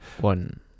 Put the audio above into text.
one